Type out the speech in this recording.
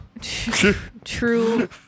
True